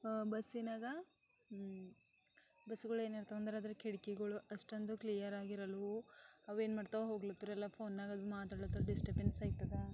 ಬಸ್ಸಿನಾಗ ಬಸ್ಗಳು ಏನಿರ್ತವಂದ್ರೆ ಅದ್ರ ಕಿಟಕಿಗಳು ಅಷ್ಟೊಂದು ಕ್ಲಿಯರಾಗಿರಲ್ವೊ ಅವೇನು ಮಾಡ್ತವೆ ಹೋಗ್ಲತ್ತಾರೆಲ್ಲ ಫೋನ್ನಾಗ ಅದು ಮಾತಾಡ್ಲಾತ್ತಾರ ಡಿಸ್ಟರ್ಬೆನ್ಸ್ ಆಯ್ತದ